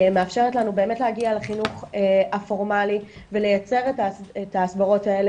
מאפשר לנו באמת להגיע לחינוך הפורמאלי ולייצר את ההסברות האלה